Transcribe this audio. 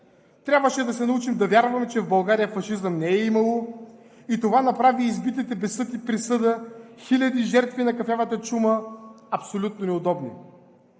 Трябваше да се научим да вярваме, че в България фашизъм не е имало, и това направи избитите без съд и присъда хиляди жертви на кафявата чума абсолютно неудобни.